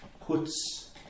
puts